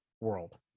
world